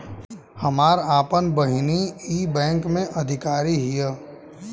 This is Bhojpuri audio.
हमार आपन बहिनीई बैक में अधिकारी हिअ